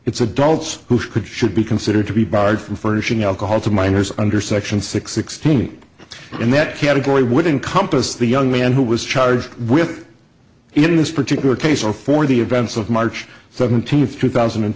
it's adults who should should be considered to be barred from furnishing alcohol to minors under section six sixteen and that category would encompass the young man who was charged with in this particular case before the events of march seventeenth two thousand and